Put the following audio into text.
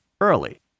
early